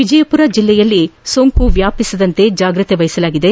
ವಿಜಯಪುರ ಜಿಲ್ಲೆಯಲ್ಲಿ ಸೋಂಕು ವ್ಯಾಪಿಸದಂತೆ ಚಾಗ್ರತೆ ವಹಿಸಲಾಗಿದೆ